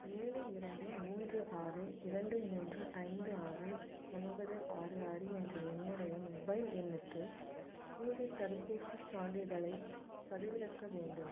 ஏழு இரண்டு மூன்று ஆறு இரண்டு மூன்று ஐந்து ஆறு ஒன்பது ஆறு ஆறு என்ற என்னுடைய மொபைல் எண்ணுக்கு கோவிட் தடுப்பூசிச் சான்றிதழைப் பதிவிறக்க வேண்டும்